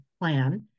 plan